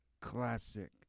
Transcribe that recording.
classic